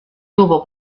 tuvo